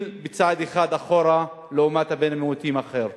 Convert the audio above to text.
בצעד אחד אחורה לעומת בן מיעוטים אחר,